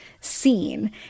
seen